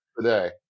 today